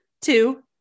two